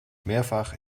mehrfach